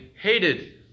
hated